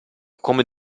come